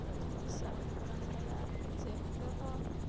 ᱪᱤᱠᱤᱛᱥᱟ ᱦᱳᱭᱳᱜ ᱠᱟᱱ ᱛᱟᱭᱟ ᱥᱮ ᱚᱸᱰᱮ ᱦᱚᱸ